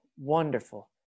wonderful